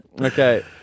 Okay